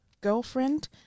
girlfriend